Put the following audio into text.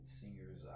singers